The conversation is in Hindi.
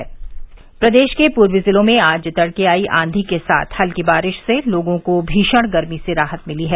मौसम प्रदेश के पूर्वी जिलों में आज तड़के आई आंधी के साथ हल्की बारिश से लोगों को भीषण गर्मी से राहत मिली है